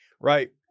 Right